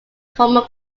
former